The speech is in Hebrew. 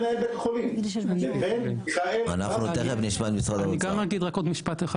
אני גם אגיד פה רק עוד משפט אחד,